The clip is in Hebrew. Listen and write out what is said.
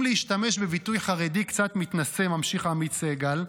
אם להשתמש בביטוי חרדי קצת מתנשא" ממשיך עמית סגל,